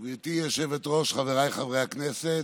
היושבת-ראש, חבריי חברי הכנסת,